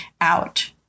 out